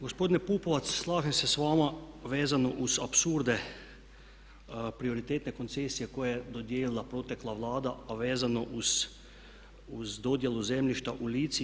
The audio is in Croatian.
Gospodine Pupovac, slažem se s vama vezano uz apsurde prioritetne koncesije koju je dodijelila protekla Vlada a vezano uz dodjelu zemljišta u Lici.